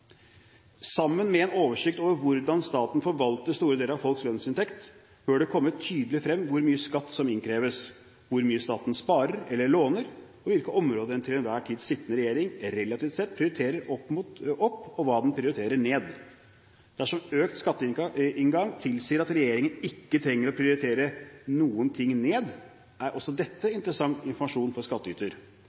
Sammen med en oversikt over hvordan staten forvalter store deler av folks lønnsinntekt, bør det komme tydelig frem hvor mye skatt som innkreves, hvor mye staten sparer eller låner, og hvilke områder den til enhver tid sittende regjering relativt sett prioriterer opp, og hva den prioriterer ned. Dersom økt skatteinngang tilsier at regjeringen ikke trenger å prioritere noen ting ned, er også dette interessant informasjon for